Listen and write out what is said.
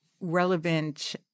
relevant